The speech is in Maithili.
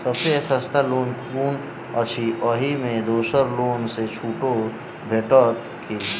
सब सँ सस्ता लोन कुन अछि अहि मे दोसर लोन सँ छुटो भेटत की?